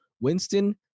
Winston